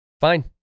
Fine